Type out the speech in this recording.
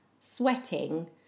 sweating